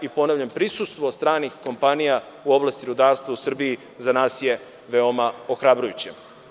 Ponavljam, prisustvo stranih kompanija u oblasti rudarstva u Srbiji, za nas je veoma ohrabrujuće.